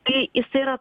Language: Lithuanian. kai jisai yra